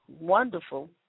Wonderful